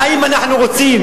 האם אנחנו רוצים,